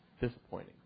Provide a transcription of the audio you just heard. Disappointing